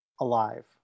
alive